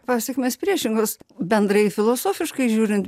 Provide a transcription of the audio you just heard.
pasekmės priešingos bendrai filosofiškai žiūrint